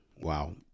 Wow